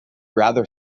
rather